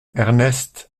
ernest